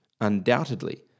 Undoubtedly